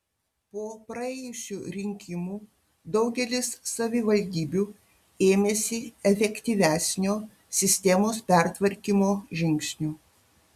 po praėjusių rinkimų daugelis savivaldybių ėmėsi efektyvesnio sistemos pertvarkymo žingsnių